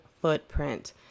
footprint